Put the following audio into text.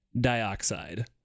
dioxide